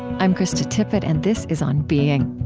i'm krista tippett, and this is on being